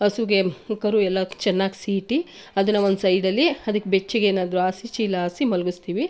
ಹಸುಗೆ ಕರು ಎಲ್ಲ ಚೆನ್ನಾಗಿ ಸೀಟಿ ಅದನ್ನು ಒಂದು ಸೈಡಲ್ಲಿ ಅದಕ್ಕೆ ಬೆಚ್ಚಗೆ ಏನಾದರೂ ಹಾಸಿ ಚೀಲ ಹಾಸಿ ಮಲಗಿಸ್ತೀವಿ